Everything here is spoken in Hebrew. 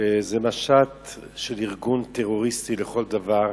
שזה משט של ארגון טרוריסטי לכל דבר.